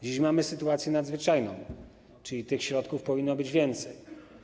Dziś mamy sytuację nadzwyczajną, czyli środków powinno być więcej.